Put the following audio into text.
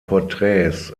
porträts